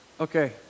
Okay